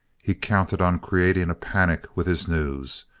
he counted on creating a panic with his news.